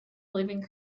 living